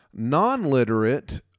Non-literate